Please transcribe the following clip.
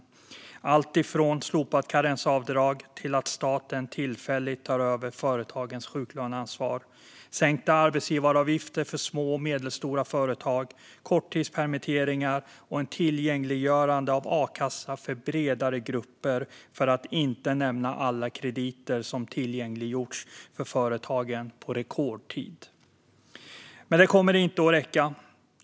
Det är allt från slopat karensavdrag till att staten tillfälligt tar över företagens sjuklöneansvar. Det är sänkta arbetsgivaravgifter för små och medelstora företag, korttidspermitteringar och ett tillgängliggörande av a-kassan för bredare grupper - för att inte nämna alla krediter som på rekordtid tillgängliggjorts för företagen. Men det kommer inte att räcka.